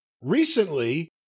Recently